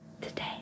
today